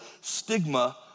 stigma